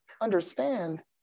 understand